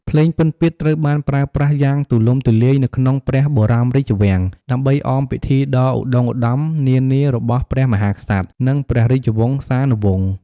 ភ្លេងពិណពាទ្យត្រូវបានប្រើប្រាស់យ៉ាងទូលំទូលាយនៅក្នុងព្រះបរមរាជវាំង ដើម្បីអមពិធីដ៏ឧត្ដុង្គឧត្ដមនានារបស់ព្រះមហាក្សត្រ និងព្រះរាជវង្សានុវង្ស។